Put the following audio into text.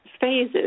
phases